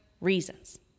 reasons